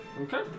Okay